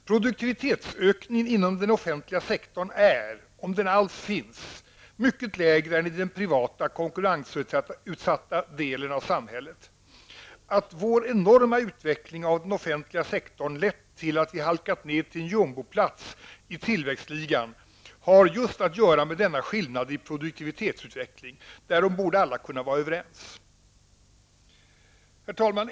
Produktivitetsökningen inom den offentliga sektorn är, om den alls finns, mycket lägre än i den privata, konkurrensutsatta delen av samhället. Att den enorma utvecklingen av den offentliga sektorn lett till att vi halkat ned till en jumboplats i tillväxtligan har just att göra med denna skillnad i produktivitetsutveckling. Därom borde alla kunna vara överens. Herr talman!